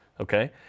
Okay